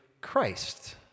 Christ